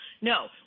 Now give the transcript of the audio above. No